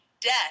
death